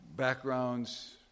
Backgrounds